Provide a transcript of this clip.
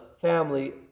family